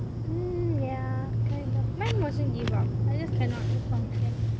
mm ya kind of mine wasn't give up I just cannot function